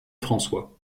françois